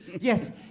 Yes